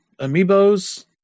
Amiibos